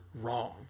wrong